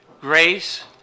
grace